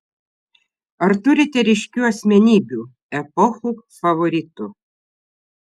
ar turite ryškių asmenybių epochų favoritų